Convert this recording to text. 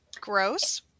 Gross